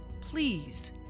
please